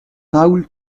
raoul